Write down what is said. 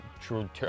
true